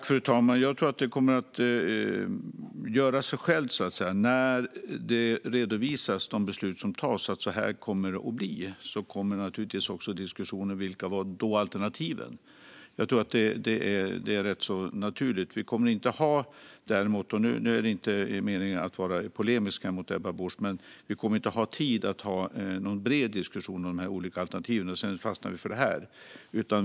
Fru talman! Jag tror att det kommer att ske av sig självt, så att säga. När besluten om hur det ska bli redovisas kommer det också att bli en diskussion om vilka alternativ vi hade. Det är rätt naturligt. Det är inte meningen att vara polemisk mot Ebba Busch, men vi kommer inte att ha tid att ha någon bred diskussion om de olika alternativen och fastna för ett av dem.